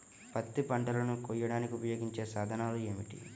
పత్తి పంటలను కోయడానికి ఉపయోగించే సాధనాలు ఏమిటీ?